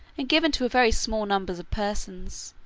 and given to a very small number of persons,